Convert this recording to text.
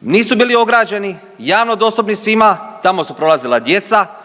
Nisu bili ograđeni, javno dostupni svima, tamo su prolazila djeca,